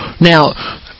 Now